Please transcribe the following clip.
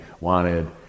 wanted